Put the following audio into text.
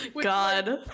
God